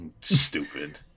stupid